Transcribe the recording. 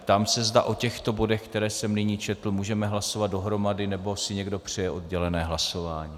Ptám se, zda o těchto bodech, které jsem nyní četl, můžeme hlasovat dohromady nebo si někdo přeje oddělené hlasování?